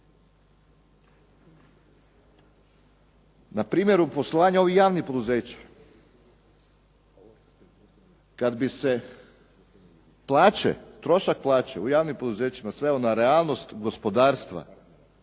Na primjeru poslovanja ovih javnih poduzeća kad bi se plaće, trošak plaće u javnim plaćama sveo na realnog gospodarstva